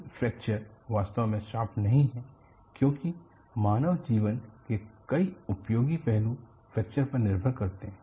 कि फ्रैक्चर वास्तव में शाप नहीं है क्योंकि मानव जीवन के कई उपयोगी पहलू फ्रैक्चर पर निर्भर करते हैं